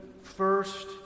first